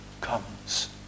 comes